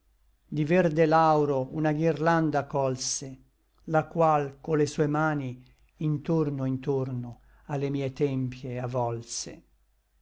di verde lauro una ghirlanda colse la qual co le sue mani intorno intorno a le mie tempie avolse